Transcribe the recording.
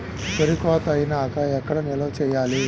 వరి కోత అయినాక ఎక్కడ నిల్వ చేయాలి?